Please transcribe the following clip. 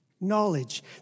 Knowledge